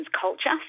culture